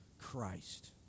Christ